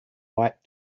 light